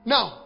Now